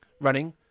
running